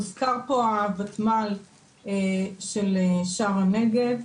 הוזכר פה הוותמ"ל של שער הנגב,